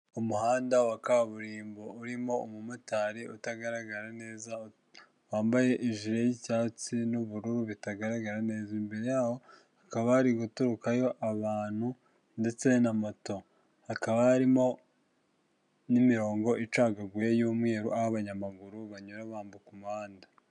Umuhanda wa kaburimbo urimo umumotari utagaragara neza wambaye ijiri y'icyatsi n'ubururu bitagaragara neza, imbere yaho hakaba hari guturukayo abantu ndetse na moto hakaba harimo n'imirongo icagaguye y'umweru, aho abanyamaguru banyura bambuka umuhanda.